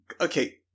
okay